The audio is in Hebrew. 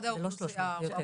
זה לא 300, זה יותר.